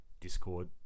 Discord